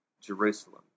Jerusalem